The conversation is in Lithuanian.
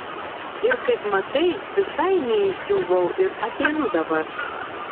ir kaip matai visai neišdžiūvau ir ateinu dabar